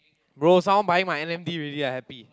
bro someone buying my N M D already I happy